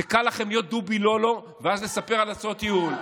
קל לכם להיות דובי לא-לא ואז לספר על הצעות ייעול.